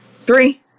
Three